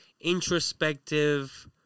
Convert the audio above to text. introspective